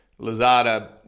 Lazada